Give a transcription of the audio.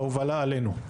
ההובלה עלינו ,